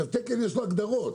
כי לתקן יש הגדרות,